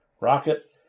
Rocket